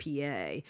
PA